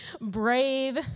brave